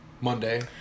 Monday